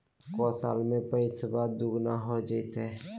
को साल में पैसबा दुगना हो जयते?